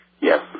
Yes